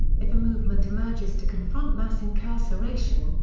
if a movement emerges to confront mass incarceration,